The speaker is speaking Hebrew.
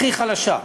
הכי חלשה.